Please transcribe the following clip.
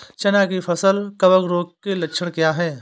चना की फसल कवक रोग के लक्षण क्या है?